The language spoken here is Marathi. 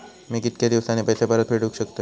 मी कीतक्या दिवसांनी पैसे परत फेडुक शकतय?